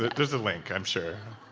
there's a link, i'm sure.